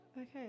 Okay